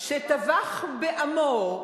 שטבח בעמו,